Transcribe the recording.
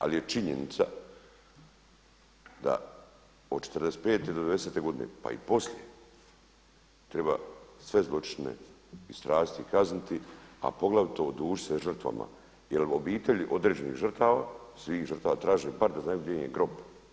Ali je činjenica da od 45. do 90. godine, pa i poslije treba sve zločine istražiti i kazniti, a poglavito odužiti se žrtvama, jer obitelji određenih žrtava, svih žrtava traže bar da znaju gdje im je grob.